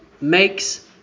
makes